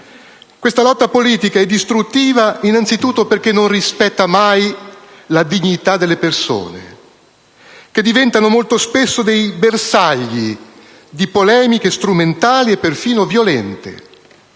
Questa lotta politica è distruttiva innanzitutto perché non rispetta mai la dignità delle persone, che diventano molto spesso dei bersagli di polemiche strumentali e perfino violente;